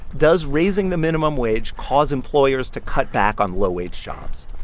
does raising the minimum wage cause employers to cut back on low-wage jobs?